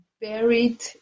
buried